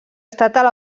estatal